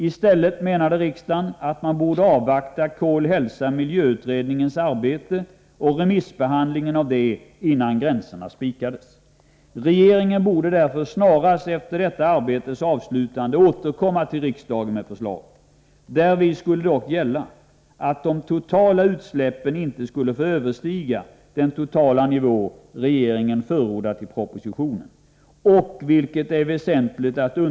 I stället menade riksdagen att man borde avvakta kol-hälsa-miljöutredningens betänkande och remissbehandlingen av det innan gränserna spikades. Regeringen borde därför snarast efter detta arbetes avslutande återkomma till riksdagen med förslag. Därvid skulle dock gälla att de totala utsläppen inte skulle få överstiga den totala nivå regeringen förordat i propositionen.